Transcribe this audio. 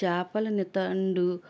చేపల నితండు